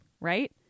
right